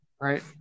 right